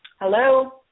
Hello